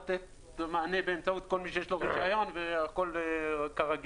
לתת מענה באמצעות כל מי שיש לו רישיון והכול כרגיל,